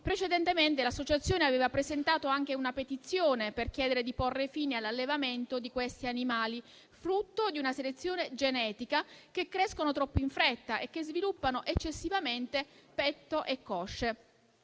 Precedentemente l'associazione aveva presentato anche una petizione per chiedere di porre fine all'allevamento di questi animali, frutto di una selezione genetica, che crescono troppo in fretta e che sviluppano eccessivamente petto e cosce,